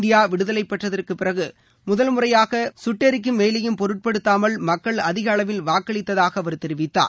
இந்திய விடுதலை பெற்றதற்கு பிறகு முதல் முறையாக சுட்டெரிக்கும் வெயிலையும் பொருட்படுத்தாமல் மக்கள் அதிக அளவில் வாக்களித்ததாக அவர் தெரிவித்தார்